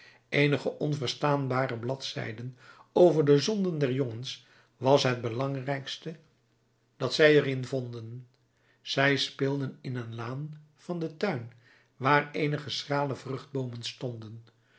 eenige onverstaanbare bladzijden over de zonden der jongens was het belangrijkste dat zij er in vonden zij speelden in een laan van den tuin waar eenige schrale vruchtboomen stonden